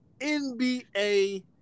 NBA